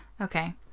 Okay